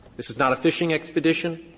this is not a fishing expedition.